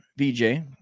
VJ